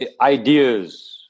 ideas